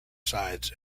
sides